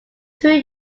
two